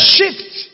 shift